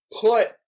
put